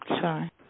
Sorry